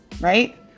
right